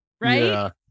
right